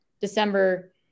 December